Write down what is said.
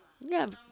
ya